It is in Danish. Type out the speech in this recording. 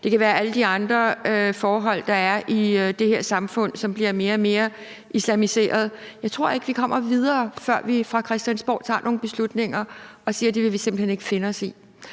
det kan være alle de andre forhold, der er i det her samfund, som bliver mere og mere islamiseret. Jeg tror ikke, at vi kommer videre, før vi fra Christiansborgs side tager nogle beslutninger og siger, at det vil vi simpelt hen ikke finde os i.